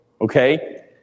okay